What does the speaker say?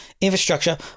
infrastructure